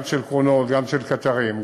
גם של קרונות וגם של קטרים,